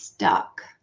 Stuck